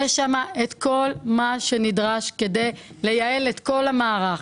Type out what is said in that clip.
יש שם את כל מה שנדרש כדי לייעל את כל המערך.